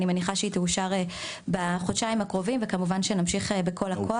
אני מניחה שהיא תאושר בחודשיים הקרובים וכמובן שנמשיך בכל הכוח.